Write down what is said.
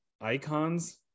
icons